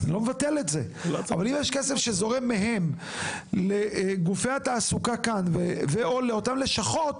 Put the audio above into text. אבל אם יש כסף שזורם מהם לגופי התעסוקה כאן או לאותן לשכות,